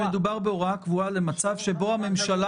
שמדובר בהוראה קבועה למצב שבו הממשלה